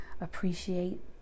appreciate